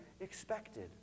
expected